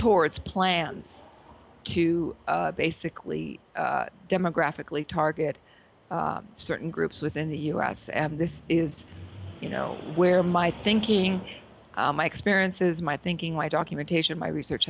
towards plans to basically demographically target certain groups within the u s and this is you know where my thinking on my experiences my thinking my documentation my research